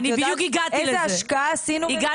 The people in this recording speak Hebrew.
את יודעת איזו השקעה עשינו --- אני בדיוק הגעתי לזה.